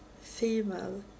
female